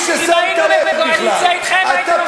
היינו בקואליציה אתכם הייתם נותנים לנו שלוש,